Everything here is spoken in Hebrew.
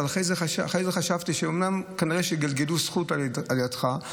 אחרי זה חשבתי שכנראה גלגלו זכות על ידך.